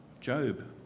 Job